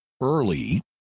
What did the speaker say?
early